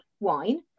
wine